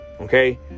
Okay